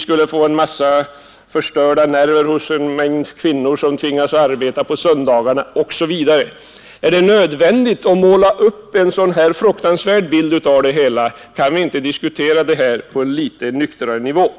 skulle försvinna, en mängd kvinnor skulle få sina nerver förstörda därför att de tvingas arbeta på söndagarna osv. Är det nödvändigt att måla upp en sådan här fruktansvärd bild av det hela? Kan vi inte diskutera detta på en litet nyktrare nivå?